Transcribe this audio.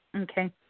Okay